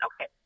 Okay